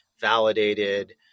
validated